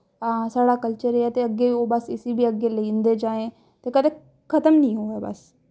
हां साढ़ा कल्चर एह् ऐ ते अग्गें बस इस्सी बी अग्गें लेई जंदे जाएं ते कदें खत्म निं होए बस